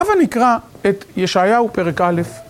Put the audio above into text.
אבל נקרא את ישעיהו, פרק א',